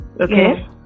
okay